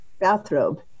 bathrobe